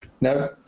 No